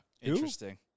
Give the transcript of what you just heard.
Interesting